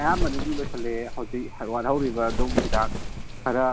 ꯑꯌꯥꯝꯕꯅꯗꯤ ꯂꯣꯏꯁꯤꯜꯂꯛꯑꯦ ꯍꯧꯖꯤꯛ ꯋꯥꯠꯍꯧꯔꯤꯕ ꯑꯗꯣꯝꯒꯤ ꯍꯤꯗꯥꯛ ꯈꯔ